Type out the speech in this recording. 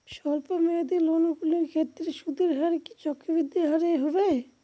স্বল্প মেয়াদী লোনগুলির ক্ষেত্রে সুদের হার কি চক্রবৃদ্ধি হারে হবে?